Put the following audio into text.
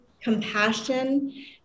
compassion